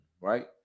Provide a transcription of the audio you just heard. right